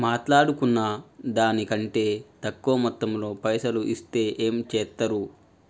మాట్లాడుకున్న దాని కంటే తక్కువ మొత్తంలో పైసలు ఇస్తే ఏం చేత్తరు?